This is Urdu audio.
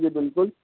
جی بالکل